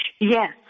Yes